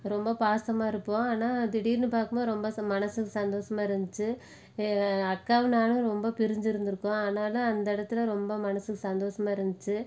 ரொம்ப பாசமாக இருப்போம் ஆனால் திடீர்னு பார்க்கும் போது ரொம்ப மனசுக்கு சந்தோசமாக இருந்துச்சு என் அக்காவும் நானும் ரொம்ப பிரிஞ்சு இருந்துருக்கோம் ஆனாலும் அந்த இடத்துல ரொம்ப மனதுக்கு சந்தோஷமா இருந்துச்சு